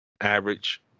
Average